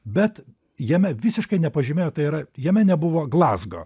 bet jame visiškai nepažymėjo tai yra jame nebuvo glazgo